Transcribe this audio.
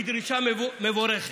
היא דרישה מבורכת.